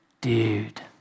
dude